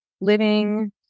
living